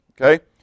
Okay